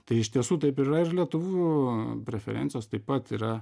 tai iš tiesų taip yra ir lietuvių preferencijos taip pat yra